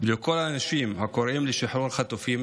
ולכל האנשים הקוראים לשחרור החטופים